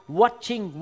watching